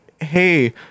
hey